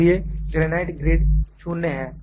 इसलिए granite grade शून्य है